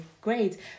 great